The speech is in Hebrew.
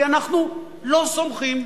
כי אנחנו לא סומכים,